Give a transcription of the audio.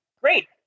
Great